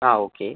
ആ ഓക്കെ